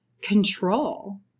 Control